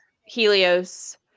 Helios